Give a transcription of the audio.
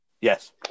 Yes